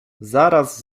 zaraz